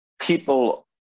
people